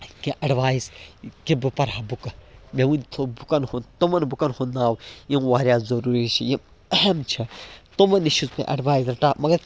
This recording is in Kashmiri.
کیٚنٛہہ اٮ۪ڈوایس کہِ بہٕ پَرٕ ہا بُکہٕ مےٚ ؤنۍتو بُکَن ہُنٛد تِمَن بُکَن ہُنٛد ناو یِم واریاہ ضُروٗری چھِ یِم اہم چھِ تِمَن نِش چھُس مےٚ اٮ۪ڈوایز رٹان مگر